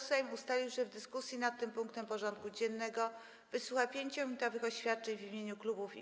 Sejm ustalił, że w dyskusji nad tym punktem porządku dziennego wysłucha 5-minutowych oświadczeń w imieniu klubów i kół.